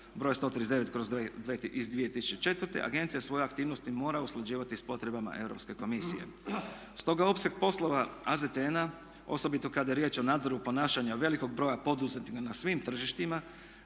br. 139 iz 2004. agencija svoje aktivnosti mora usklađivati sa potrebama Europske komisije. Stoga opseg poslova AZTN-a, osobito kada je riječ o nadzoru ponašanja velikog broja poduzetnika na svim tržištima